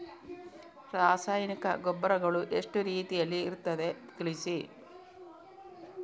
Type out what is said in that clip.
ರಾಸಾಯನಿಕ ಗೊಬ್ಬರಗಳು ಎಷ್ಟು ರೀತಿಯಲ್ಲಿ ಇರ್ತದೆ ತಿಳಿಸಿ?